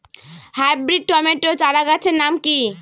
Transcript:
Hybrid tomato চারাগাছের নাম কি?